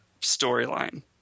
storyline